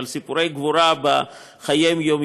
אבל היו להם סיפורי גבורה בחיי היום-יום